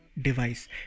device